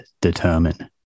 determine